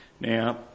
now